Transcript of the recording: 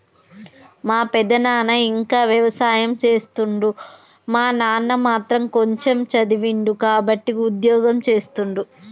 మా పెదనాన ఇంకా వ్యవసాయం చేస్తుండు మా నాన్న మాత్రం కొంచెమ్ చదివిండు కాబట్టే ఉద్యోగం చేస్తుండు